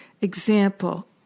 Example